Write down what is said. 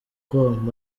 com